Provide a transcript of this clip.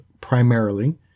primarily